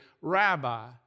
rabbi